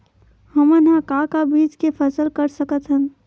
हमन ह का का बीज के फसल कर सकत हन?